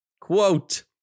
Quote